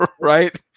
right